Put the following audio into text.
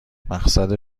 مقصد